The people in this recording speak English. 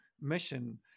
mission